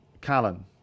Callan